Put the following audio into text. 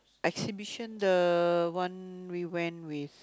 exhibition the one we went with